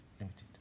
limited